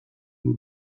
زور